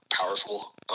powerful